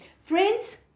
Friends